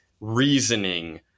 reasoning